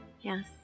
Yes